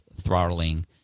throttling